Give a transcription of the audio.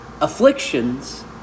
afflictions